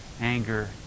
Anger